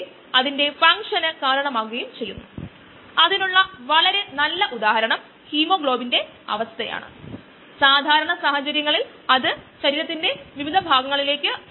S ഒരു substrate ഒരു ഉൽപ്പന്നമാക്കി മാറ്റുന്നതിൽ ഒരു എൻസൈം സാധാരണയായി മൈക്കിളിസ് മെന്റൻ സ്വഭാവം കാണിക്കുന്നു